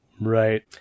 right